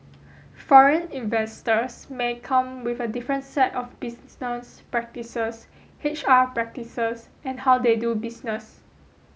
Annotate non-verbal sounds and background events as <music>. foreign investors may come with a different set of <unintelligible> practices H R practices and how they do business